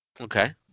Okay